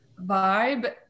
vibe